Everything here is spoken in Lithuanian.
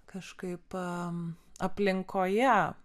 kažkaip aplinkoje